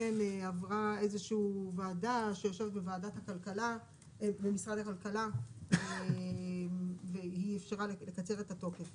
כן היא עברה איזו שהיא ועדה שיושבת במשרד הכלכלה שאפשרה לקצר את התוקף.